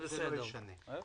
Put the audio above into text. בסדר.